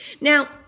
Now